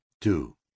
Two